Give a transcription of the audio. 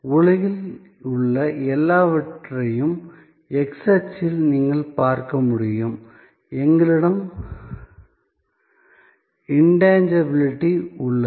உலகில் உள்ள எல்லாவற்றையும் x அச்சில் நீங்கள் பார்க்க முடியும் எங்களிடம் இண்டாங்கிபிலிட்டி உள்ளது